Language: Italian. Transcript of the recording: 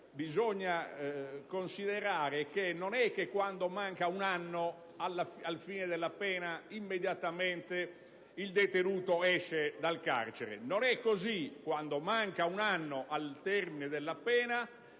bisogna considerare che non è che quando manca un anno alla fine della pena immediatamente il detenuto esca dal carcere; non è così: quando manca un anno al termine della pena,